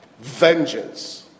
vengeance